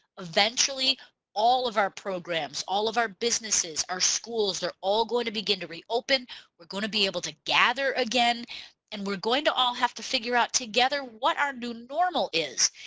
eventually all of our programs all of our businesses our schools they're all going to begin to reopen we're going to be able to gather again and we're going to all have to figure out together what our new normal is.